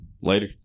Later